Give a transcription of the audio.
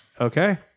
Okay